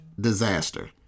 disaster